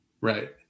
Right